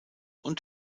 und